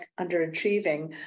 underachieving